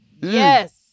Yes